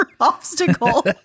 obstacle